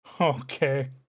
Okay